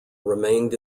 remained